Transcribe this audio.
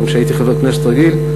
גם כשהייתי חבר כנסת רגיל: